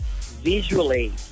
visually